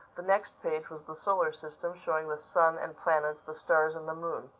the next page was the solar system, showing the sun and planets, the stars and the moon.